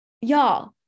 y'all